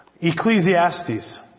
Ecclesiastes